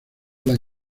las